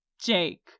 jake